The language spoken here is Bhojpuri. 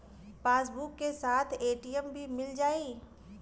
पासबुक के साथ ए.टी.एम भी मील जाई?